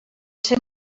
ser